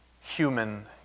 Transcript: human